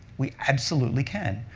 we absolutely can.